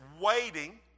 waiting